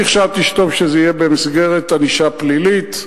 אני חשבתי שטוב שזה יהיה במסגרת ענישה פלילית.